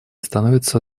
становятся